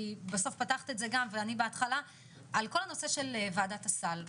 כי פתחת את זה על כל הנושא של ועדת הסל.